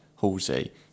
Halsey